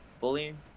bullying